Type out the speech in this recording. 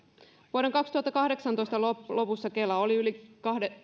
vuoden kaksituhattakahdeksantoista lopussa kela oli yli